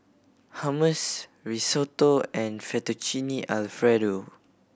Hummus Risotto and Fettuccine Alfredo